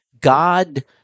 God